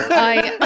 i